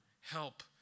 help